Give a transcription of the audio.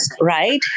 right